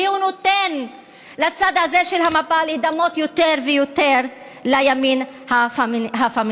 והוא נותן לצד הזה של המפה להידמות יותר ויותר לימין הפאשיסטי.